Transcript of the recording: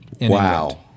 Wow